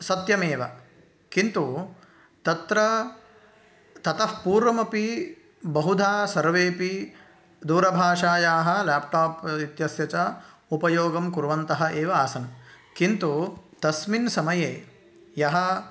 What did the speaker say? सत्यमेव किन्तु तत्र ततःपूर्वमपि बहुधा सर्वेऽपि दूरभाषायाः ल्याप्टाप् इत्यस्य च उपयोगं कुर्वन्तः एव आसन् किन्तु तस्मिन् समये यः